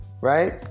right